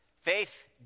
Faith